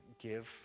give